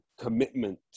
commitment